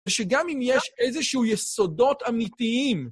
שגם אם יש איזשהו יסודות אמיתיים...